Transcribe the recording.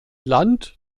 land